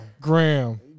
Graham